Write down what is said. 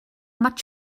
much